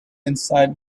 inside